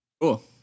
Cool